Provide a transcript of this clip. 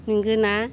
नंगौ ना